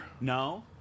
no